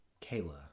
Kayla